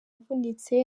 avunitse